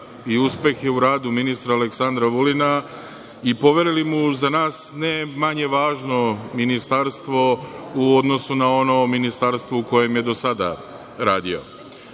i uspehe u radu ministra Aleksandra Vulina, i poverili mu, za nas, ne manje važno ministarstvo u odnosu na ono ministarstvo u kojem je do sada radio.